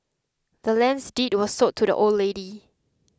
the land's deed was sold to the old lady